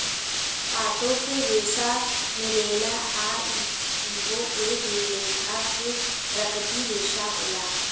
पातो से रेसा मिलेला आ इहो एक लेखा के प्राकृतिक रेसा होला